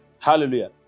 Hallelujah